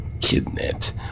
Kidnapped